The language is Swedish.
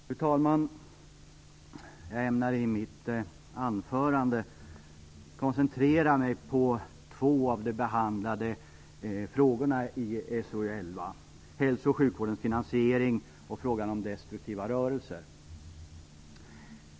Fru talman! Jag ämnar i mitt anförande koncentrera mig på två av de behandlade frågorna i SoU11, hälso och sjukvårdens finansiering och frågan om destruktiva rörelser.